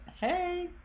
hey